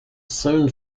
soon